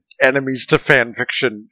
enemies-to-fanfiction